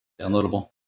downloadable